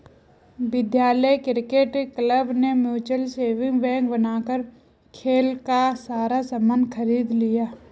विद्यालय के cricket club ने म्यूचल सेविंग बैंक बनाकर खेल का सारा सामान खरीद लिया